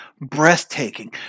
breathtaking